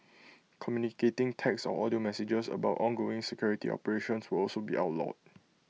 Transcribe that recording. communicating text or audio messages about ongoing security operations will also be outlawed